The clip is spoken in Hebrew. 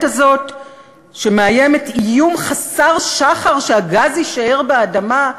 הזאת שמאיימת איום חסר שחר שהגז יישאר באדמה,